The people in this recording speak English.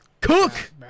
cook